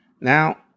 Now